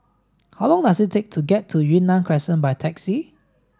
how long does it take to get to Yunnan Crescent by taxi